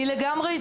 אני לגמרי איתך.